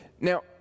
Now